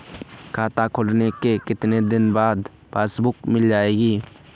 खाता खोलने के कितनी दिनो बाद पासबुक मिल जाएगी?